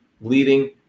leading